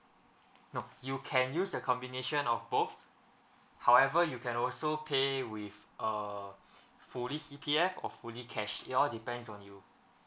no you can use a combination of both however you can also pay with uh fully C_P_F or fully cash it all depends on you